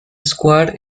square